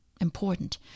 important